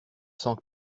sans